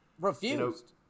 Refused